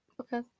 Okay